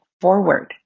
forward